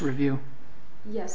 review yes